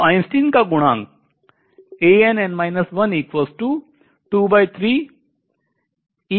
तो आइंस्टीन का गुणांक है